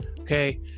okay